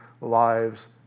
lives